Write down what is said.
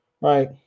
Right